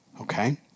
Okay